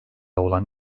olan